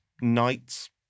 nights